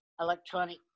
electronic